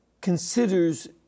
considers